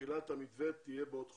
שתחילת המתווה תהיה בעוד חודש.